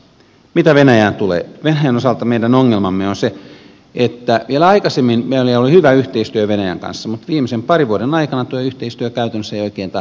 mitä venäjään tulee venäjän osalta meidän ongelmamme on se että vielä aikaisemmin meillä oli hyvä yhteistyö venäjän kanssa mutta viimeisen parin vuoden aikana tuo yhteistyö käytännössä ei ole oikein tahtonut toimia